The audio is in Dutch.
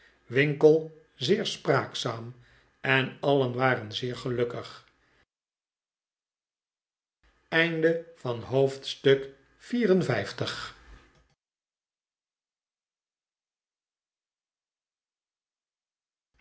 winkle zeer spraakzaam en alien waren zeer gelukkig hoofdstuk